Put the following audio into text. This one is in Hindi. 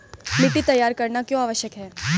मिट्टी तैयार करना क्यों आवश्यक है?